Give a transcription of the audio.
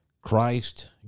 Christ